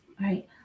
right